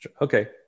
Okay